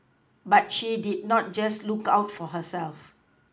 but she did not just look out for herself